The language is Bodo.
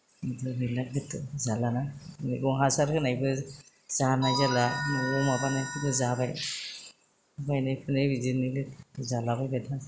बिनिफ्राय गैला जेबो जालाना मैगं हासार होनायबो जानाय जाला न'आव माबानायखौनो जाबाय गायनाय फुनाय बिदिनो जालाबायबाय